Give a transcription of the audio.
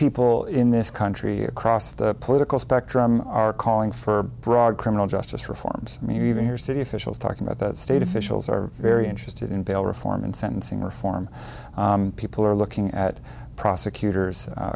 people in this country across the political spectrum are calling for broad criminal justice reforms i mean even for city officials talking about the state officials are very interested in bail reform and sentencing reform people are looking at prosecutors a